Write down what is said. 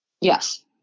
Yes